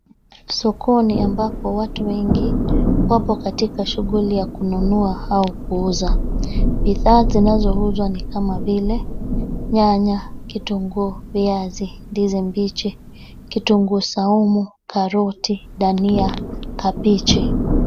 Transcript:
Sokoni ambapo watu wengi wapo katika shughuli ya kununua au kuuza. Bidhaa zinazouzwa ni kama vile nyanya, kitunguu, viazi, ndizi mbichi, kitunguu saumu, karoti, dania, kabeji.